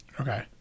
Okay